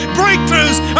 breakthroughs